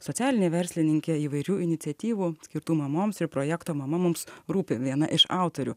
socialinė verslininkė įvairių iniciatyvų skirtų mamoms ir projekto mama mums rūpi viena iš autorių